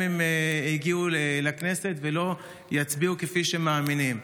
אם הם יגיעו לכנסת ולא יצביעו כפי שהם מאמינים.